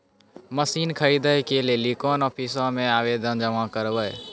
Machine खरीदै के लेली कोन आफिसों मे आवेदन जमा करवै?